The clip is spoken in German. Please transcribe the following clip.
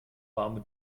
warme